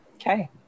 Okay